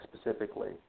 specifically